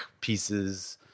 pieces